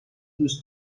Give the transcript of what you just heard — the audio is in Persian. دوست